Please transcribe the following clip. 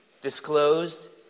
disclosed